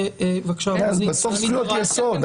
בסוף זה זכויות יסוד.